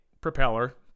propeller